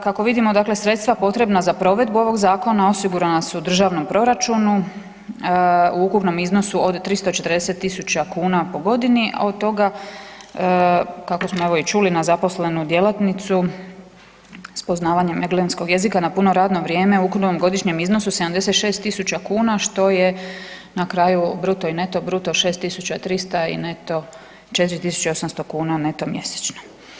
Kako vidimo sredstva potrebna za provedbu ovog zakona osigurana su u državnom proračunu u ukupnom iznosu od 340.000 kuna po godini, a od toga kako smo evo i čuli na zaposlenu djelatnicu s poznavanjem engleskog jezika na puno radno vrijeme u ukupnom godišnjem iznosu 76.000 kuna što je na kraju bruto i neto bruto 6.300 i neto 4.800 kuna neto mjesečno.